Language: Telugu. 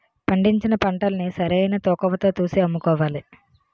పండించిన పంటల్ని సరైన తూకవతో తూసి అమ్ముకోవాలి